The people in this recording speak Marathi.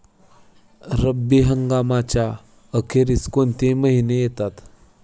रब्बी हंगामाच्या अखेरीस कोणते महिने येतात?